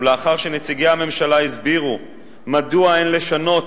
ולאחר שנציגי הממשלה הסבירו מדוע אין לשנות